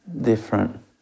different